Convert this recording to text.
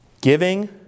giving